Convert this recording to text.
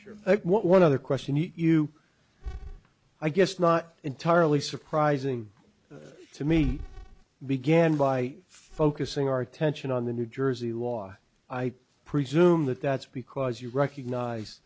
one other question eat you i guess not entirely surprising to me begin by focusing our attention on the new jersey law i presume that that's because you recognize